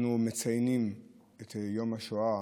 אנו מציינים את יום השואה